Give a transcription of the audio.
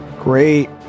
Great